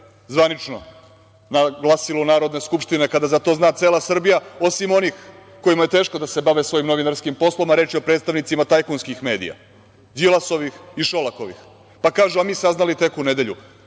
zvanično na glasilu Narodne skupštine, kada za to zna cela Srbija, osim onih kojima je teško da se bave svojim novinarskim poslom, a reč je o predstavnicima tajkunskih medija, Đilasovih i Šolakovih. Pa kažu – a mi saznali tek u nedelju.